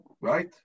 Right